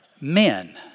men